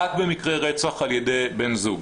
רק במקרי רצח על ידי בן זוג.